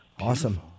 Awesome